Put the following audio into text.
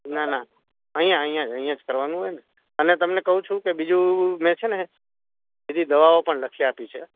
ના ના અહીંયા અહીંયા અહીયાં જ કરવાનું હોય ને અને તમને કહું છું કે બીજું મેં છે ને બીજી દવાઓ પણ લખી આપી છે